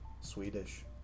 Swedish